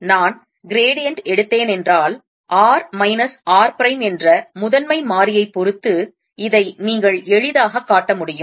நான் gradient சாய்வு எடுத்தேன் என்றால் என்றால் r மைனஸ் r பிரைம் என்ற முதன்மை மாறியை பொறுத்து இதை நீங்கள் எளிதாக காட்ட முடியும்